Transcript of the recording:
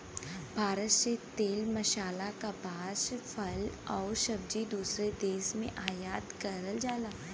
भारत से तेल मसाला कपास फल आउर सब्जी दूसरे देश के निर्यात करल जाला